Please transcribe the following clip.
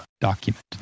document